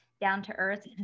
down-to-earth